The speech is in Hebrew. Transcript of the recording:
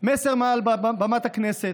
מסר מעל במת הכנסת,